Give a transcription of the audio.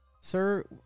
Sir